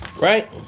right